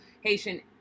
Haitian